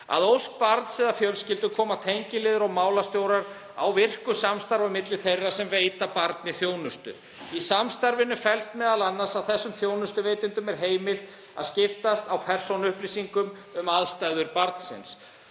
Að ósk barns eða fjölskyldu koma tengiliðir og málstjórar á virku samstarfi á milli þeirra sem veita barni þjónustu. Í samstarfinu felst m.a. að þessum þjónustuveitendum er heimilt að skiptast á persónuupplýsingum um aðstæður barnsins.